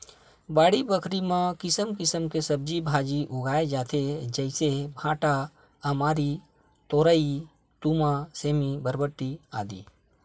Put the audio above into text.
बाड़ी बखरी म किसम किसम के सब्जी भांजी उगाय जाथे जइसे भांटा, अमारी, तोरई, तुमा, सेमी, बरबट्टी, आदि